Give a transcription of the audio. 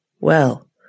Well